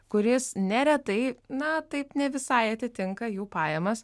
kuris neretai na taip ne visai atitinka jų pajamas